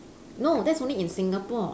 no that's only in singapore